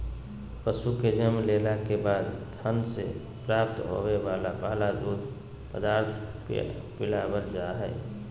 पशु के जन्म लेला के बाद थन से प्राप्त होवे वला पहला दूध पदार्थ पिलावल जा हई